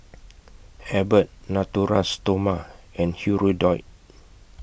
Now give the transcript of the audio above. Abbott Natura Stoma and Hirudoid